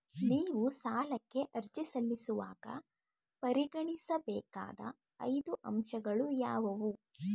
ನೀವು ಸಾಲಕ್ಕೆ ಅರ್ಜಿ ಸಲ್ಲಿಸುವಾಗ ಪರಿಗಣಿಸಬೇಕಾದ ಐದು ಅಂಶಗಳು ಯಾವುವು?